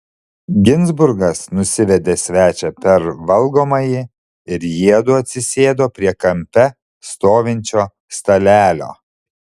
ginzburgas nusivedė svečią per valgomąjį ir jiedu atsisėdo prie kampe stovinčio stalelio